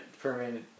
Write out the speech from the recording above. permanent